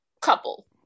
couple